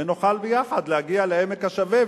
ונוכל יחד להגיע לעמק השווה,